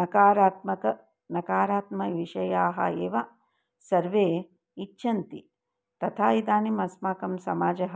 नकारात्मकाः नकारात्मविषयाः एव सर्वे इच्छन्ति तथा इदानीम् अस्माकं समाजः